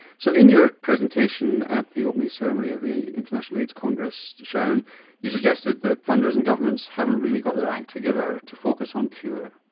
so in your presentation at the opening ceremony of the international aids congress sharon you suggested that funders and governments haven't really got their act together to focus on a cure?